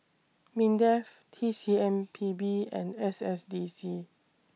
Mindef T C M P B and S S D C